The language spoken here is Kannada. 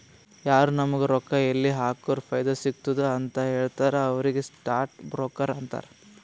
ಯಾರು ನಾಮುಗ್ ರೊಕ್ಕಾ ಎಲ್ಲಿ ಹಾಕುರ ಫೈದಾ ಸಿಗ್ತುದ ಅಂತ್ ಹೇಳ್ತಾರ ಅವ್ರಿಗ ಸ್ಟಾಕ್ ಬ್ರೋಕರ್ ಅಂತಾರ